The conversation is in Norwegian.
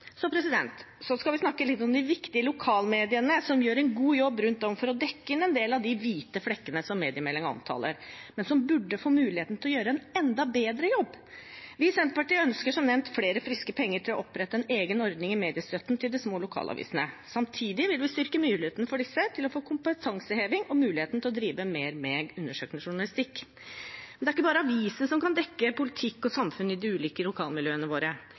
Så skal vi snakke litt om de viktige lokalmediene som gjør en god jobb rundt om for å dekke inn en del av de hvite flekkene som mediemeldingen omtaler, men som burde få muligheten til å gjøre en enda bedre jobb. Vi i Senterpartiet ønsker som nevnt flere friske penger til å opprette en egen ordning i mediestøtten til de små lokalavisene. Samtidig vil vi styrke muligheten for disse til å få kompetanseheving og drive mer med undersøkende journalistikk. Det er ikke bare avisene som kan dekke politikk og samfunn i de ulike lokalmiljøene våre.